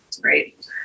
great